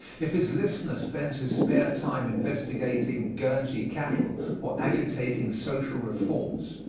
if his listener spends his spare time investigating guernsey cattle or agitating social reforms,